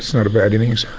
not a bad innings.